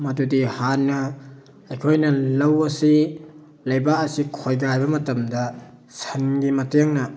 ꯃꯗꯨꯗꯤ ꯍꯥꯟꯅ ꯑꯩꯈꯣꯏꯅ ꯂꯧ ꯑꯁꯤ ꯂꯩꯕꯥꯛ ꯑꯁꯤ ꯈꯣꯏꯒꯥꯏꯕ ꯃꯇꯝꯗ ꯁꯟꯒꯤ ꯃꯇꯦꯡꯅ